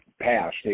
passed